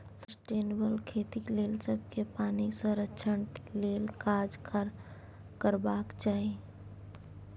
sustainable खेतीक लेल सबकेँ पानिक संरक्षण लेल काज करबाक चाही